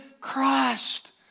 Christ